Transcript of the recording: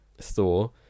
thor